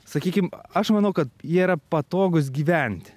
sakykim aš manau kad jie yra patogūs gyvent